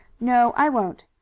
no, i won't.